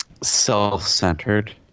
self-centered